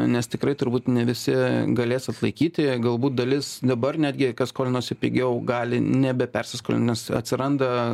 nes tikrai turbūt ne visi galės atlaikyti galbūt dalis dabar netgi kas skolinosi pigiau gali nebepersiskolint nes atsiranda